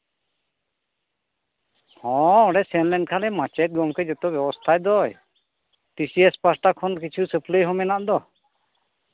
ᱦᱚᱸ ᱚᱸᱰᱮ ᱥᱮᱱᱞᱮᱱᱠᱷᱟᱱᱮ ᱢᱟᱪᱮᱫ ᱜᱚᱢᱠᱮ ᱡᱚᱛᱚ ᱵᱮᱵᱚᱥᱛᱷᱟᱭ ᱫᱚᱭ ᱴᱤ ᱥᱤ ᱮᱥ ᱯᱟᱥᱴᱟ ᱠᱷᱚᱱ ᱠᱤᱪᱷᱩ ᱥᱟᱹᱯᱞᱟᱹᱭ ᱦᱚᱸ ᱢᱮᱱᱟᱜ ᱫᱚ